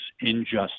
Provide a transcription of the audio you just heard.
injustice